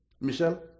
Michelle